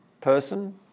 person